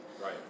Right